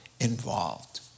involved